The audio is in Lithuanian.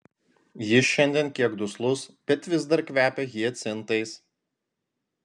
jis šiandien kiek duslus bet vis dar kvepia hiacintais